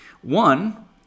One